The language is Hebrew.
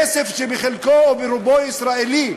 כסף שבחלקו או ברובו ישראלי,